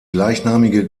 gleichnamige